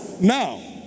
Now